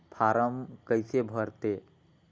Form कइसे भरते?